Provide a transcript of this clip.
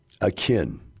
akin